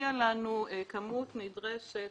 המילים "ובכמות נדרשת"